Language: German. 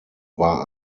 war